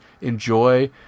enjoy